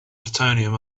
plutonium